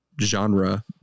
genre